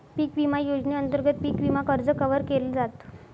पिक विमा योजनेअंतर्गत पिक विमा कर्ज कव्हर केल जात